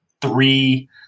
three